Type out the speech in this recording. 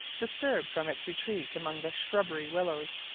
disturbed from its retreat among the shrubby willows,